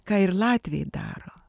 ką ir latviai daro